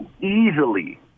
easily